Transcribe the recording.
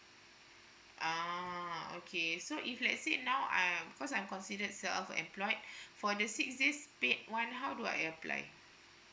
uh okay so if let's say now I'm because I'm considered self employed for the six days paid one how do I apply